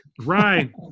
Right